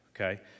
okay